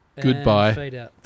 Goodbye